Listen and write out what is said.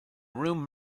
room